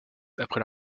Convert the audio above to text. après